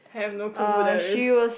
have no clue who there is